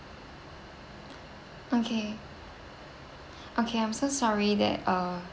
okay okay I'm so sorry that uh